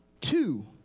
two